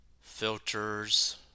Filters